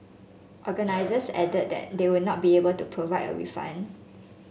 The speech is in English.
organisers added that they would not be able to provide a refund